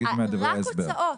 רק הוצאות.